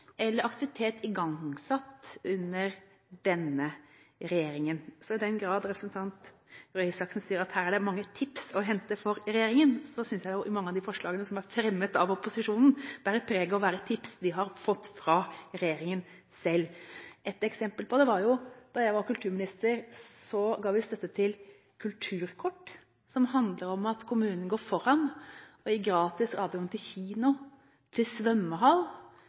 eller aktivitet er igangsatt – under denne regjeringen. Så i den grad representanten Røe Isaksen sier at det her er mange tips å hente for regjeringen, synes jeg at mange av de forslagene som er fremmet av opposisjonen, bærer preg av å være tips de har fått fra regjeringen selv. Ett eksempel på det var da jeg var kulturminister og vi ga støtte til kulturkort, som handler om at kommunen går foran og gir gratis adgang til kino, svømmehall,